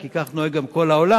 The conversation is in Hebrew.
כי כך נוהג גם כל העולם,